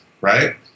right